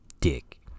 dick